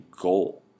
goal